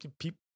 people